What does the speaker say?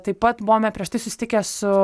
taip pat buvome prieš tai susitikę su